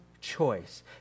choice